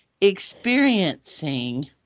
experiencing